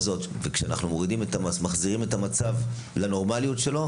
כשאנחנו מורידים את המס ומחזירים את המצב לנורמליות שלו,